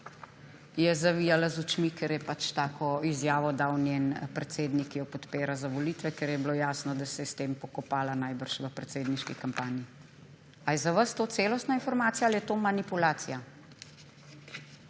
je zavijala z očmi, ker je pač tako izjavo dal njen predsednik, ki jo podpira za volitve, ker je bilo jasno, da se je s tem najbrž pokopala v predsedniški kampanji. A je za vas to celostna informacija ali je to manipulacija?